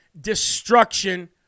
destruction